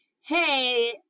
Hey